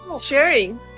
Sharing